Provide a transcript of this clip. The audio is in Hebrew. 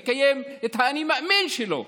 לקיים את ה"אני מאמין" שלו.